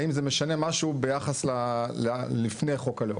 האם זה משנה משהו ביחס לפני חוק הלאום?